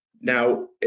Now